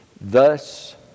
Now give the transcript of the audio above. thus